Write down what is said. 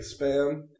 spam